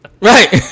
Right